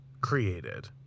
created